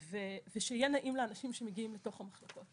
ושיהיה נעים לאנשים שמגיעים לתוך המחלקות.